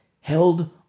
held